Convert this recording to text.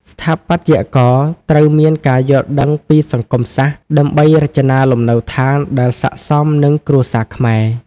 ស្ថាបត្យករត្រូវមានការយល់ដឹងពីសង្គមសាស្ត្រ ដើម្បីរចនាលំនៅដ្ឋានដែលស័ក្តិសមនឹងគ្រួសារខ្មែរ។